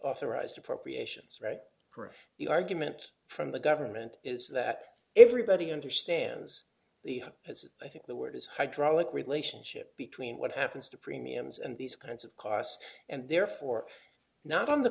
authorized appropriations right the argument from the government is that everybody understands the as i think that word is hydraulic d relationship between what happens to premiums and these kinds of costs and therefore not on the